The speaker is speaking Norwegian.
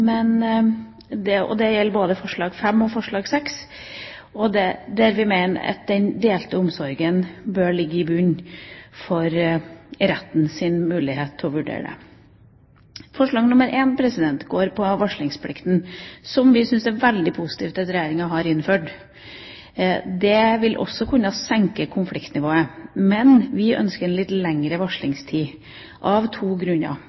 Det gjelder både forslag nr. 5 og forslag nr. 6, der vi mener at den delte omsorgen bør ligge i bunnen for rettens mulighet til å vurdere det. Forslag nr. 4 går på varslingsplikten, som vi syns det er veldig positivt at Regjeringa har innført. Det vil også kunne senke konfliktnivået. Men vi ønsker en litt lengre varslingstid, av to grunner: